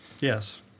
Yes